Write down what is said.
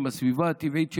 עם הסביבה הטבעית שלו.